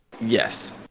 Yes